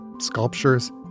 sculptures